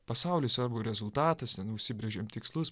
pasauliui svarbu rezultatas ten užsibrėžiam tikslus